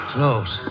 Close